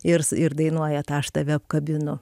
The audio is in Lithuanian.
ir s ir dainuoja tą aš tave apkabinu